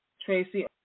Tracy